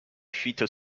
fuites